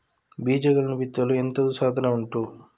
ಬೀಜಗಳನ್ನು ಬಿತ್ತಲು ಎಂತದು ಸಾಧನ ಉಂಟು?